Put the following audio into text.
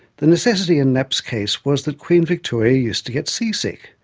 the necessity in knapp's case was that queen victoria used to get seasick,